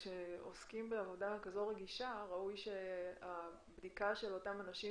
כשעוסקים בעבודה כזו רגישה ראוי שהבדיקה של אותם אנשים